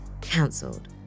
cancelled